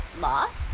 Lost